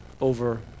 over